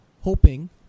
hoping